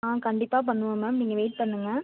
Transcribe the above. ஆ கண்டிப்பாக பண்ணுவோம் மேம் நீங்கள் வெயிட் பண்ணுங்கள்